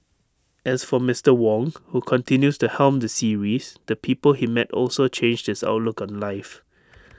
as for Mister Wong who continues to helm the series the people he met also changed his outlook on life